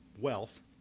wealth